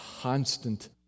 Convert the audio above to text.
constant